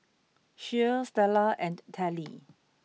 Shea Stella and Telly